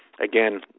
again